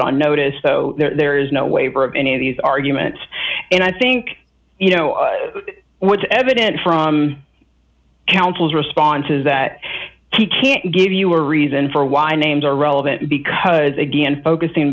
on notice so there is no waiver of any of these arguments and i think you know what's evident from counsel's response is that he can't give you a reason for why names are relevant because again focusing